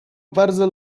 bardzo